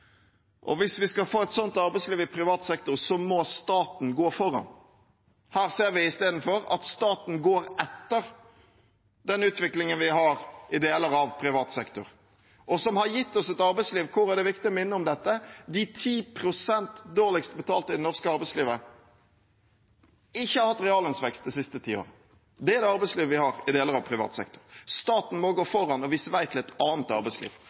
Hvis vi skal få et sånt arbeidsliv i privat sektor, må staten gå foran. Her ser vi istedenfor at staten går etter den utviklingen vi har i deler av privat sektor, og som har gitt oss et arbeidsliv hvor – og det er viktig å minne om dette – de 10 pst. dårligst betalte i det norske arbeidslivet ikke har hatt reallønnsvekst de siste ti år. Det er det arbeidslivet vi har i deler av privat sektor. Staten må gå foran og vise vei til et annet arbeidsliv,